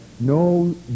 No